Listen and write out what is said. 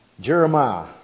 Jeremiah